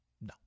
No